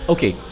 Okay